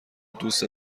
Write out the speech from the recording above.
دوست